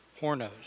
hornos